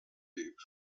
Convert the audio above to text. tape